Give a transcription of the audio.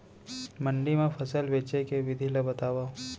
मंडी मा फसल बेचे के विधि ला बतावव?